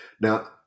Now